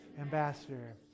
ambassador